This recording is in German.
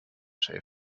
shave